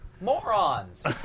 Morons